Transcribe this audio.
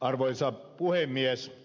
arvoisa puhemies